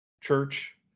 church